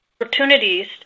opportunities